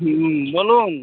হুম বলুন